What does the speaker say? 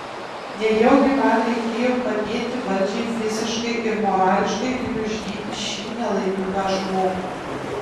nejaugi man reikėjo padėti valdžiai fiziškai ir morališkai gniuždyti šį nelaimingą žmogų